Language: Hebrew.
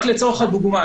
רק לצורך הדוגמה,